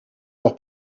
leur